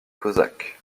cosaques